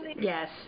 yes